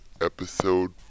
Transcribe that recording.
episode